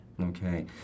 Okay